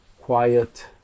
quiet